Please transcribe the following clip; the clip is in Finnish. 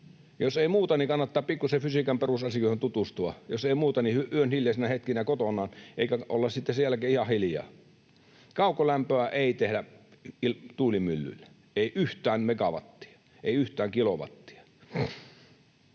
Jos ei muuta, niin kannattaa pikkusen fysiikan perusasioihin tutustua, jos ei muuta, niin yön hiljaisina hetkinä kotonaan ja olla sitten sen jälkeen ihan hiljaa. Kaukolämpöä ei tehdä tuulimyllyillä, ei yhtään megawattia, ei yhtään kilowattia.